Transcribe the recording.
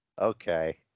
Okay